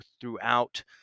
throughout